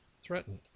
threatened